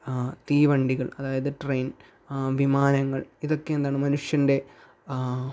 തീവണ്ടികൾ അതായത് ട്രെയിൻ വിമാനങ്ങൾ ഇതൊക്കെ എന്താണ് മനുഷ്യൻ്റെ